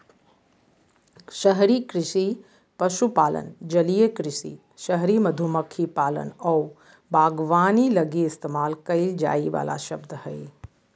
शहरी कृषि पशुपालन, जलीय कृषि, शहरी मधुमक्खी पालन आऊ बागवानी लगी इस्तेमाल कईल जाइ वाला शब्द हइ